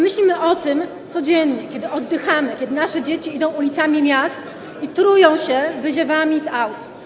Myślimy o tym codziennie, kiedy oddychamy, kiedy nasze dzieci idą ulicami miast i trują się wyziewami z aut.